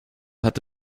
hat